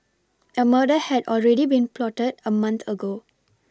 A murder had already been plotted a month ago